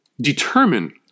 determine